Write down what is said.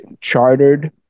chartered